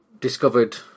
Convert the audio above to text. discovered